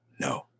no